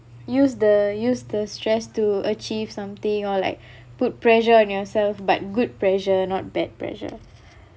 use the use the stress to achieve something or like put pressure on yourself but good pressure not bad pressure